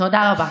תודה רבה.